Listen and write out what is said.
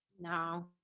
No